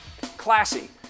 Classy